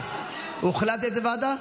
הוחלט לאיזו ועדה?